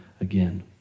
again